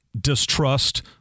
distrust